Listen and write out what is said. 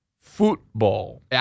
Football